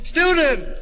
Student